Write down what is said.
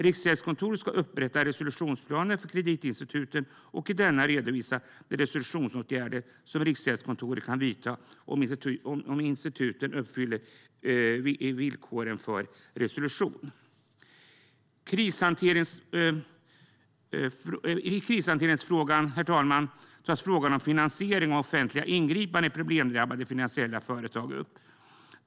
Riksgäldskontoret ska upprätta resolutionsplaner för kreditinstituten och i dessa redovisa de resolutionsåtgärder som Riksgäldskontoret kan vidta om instituten uppfyller villkoren för resolution. Herr talman! I krishanteringsdirektivet tas frågan om finansiering av offentliga ingripanden i problemdrabbade finansiella företag upp.